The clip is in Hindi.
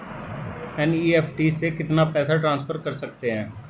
एन.ई.एफ.टी से कितना पैसा ट्रांसफर कर सकते हैं?